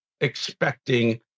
expecting